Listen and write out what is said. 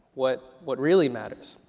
what what really matters